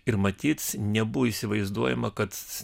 ir matyt nebuvo įsivaizduojama kad